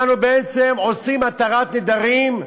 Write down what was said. אנחנו בעצם עושים התרת נדרים,